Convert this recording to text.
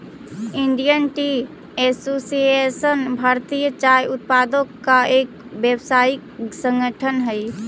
Indian Tea Association भारतीय चाय उत्पादकों का एक व्यावसायिक संगठन हई